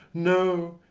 no,